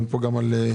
כן.